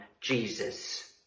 Jesus